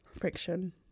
friction